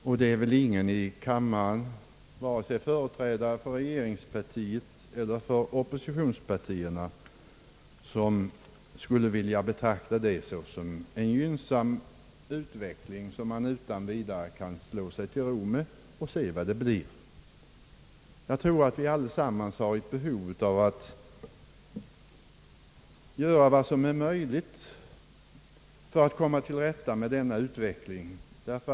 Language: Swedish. Det är väl ingen i kammaren, vare sig företrädare för regeringspartiet eller för oppositionspartierna, som skulle betrakta detta såsom en gynnsam utveckling, vilken man utan vidare kan slå sig till ro med och se vad det blir av. Jag tror vi allesammans har behov av att göra vad som är möjligt för att komma till rätta med denna utveckling.